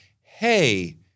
hey